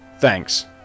Thanks